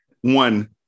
one